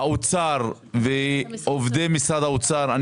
האוצר ועובדי משרד האוצר,